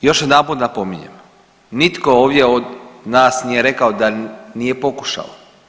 Još jedanput napominjem, nitko ovdje od nas nije rekao da nije pokušao.